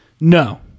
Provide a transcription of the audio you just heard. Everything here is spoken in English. No